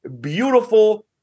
beautiful